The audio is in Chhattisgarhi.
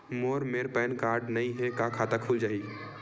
मोर मेर पैन नंबर नई हे का खाता खुल जाही?